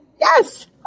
Yes